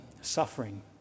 suffering